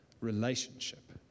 relationship